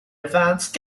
advanced